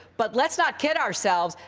but let's not kid ourselves.